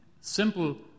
simple